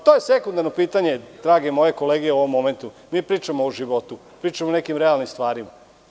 To je sekundarno pitanje, drage moje kolege u ovom momentu, mi pričamo o životu, pričamo o nekim realnim stvarima.